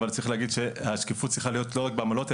אבל צריך להגיד שהשקיפות צריכה להיות לא רק בעמלות,